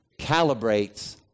calibrates